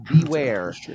beware